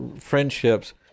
friendships